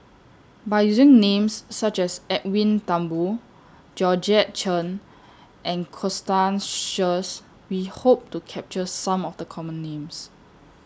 By using Names such as Edwin Thumboo Georgette Chen and Constance Sheares We Hope to capture Some of The Common Names